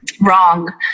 wrong